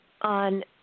on